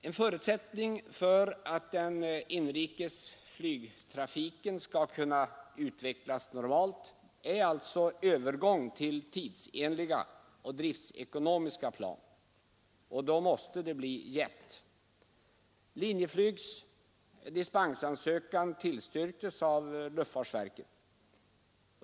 En förutsättning för att den inrikes flygtrafiken skall kunna utvecklas normalt är alltså övergång till tidsenliga och driftekonomiska plan, och då måste det bli jet. Linjeflygs dispensansökan tillstyrktes av luftfartsverket.